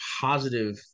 positive